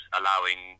allowing